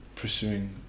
pursuing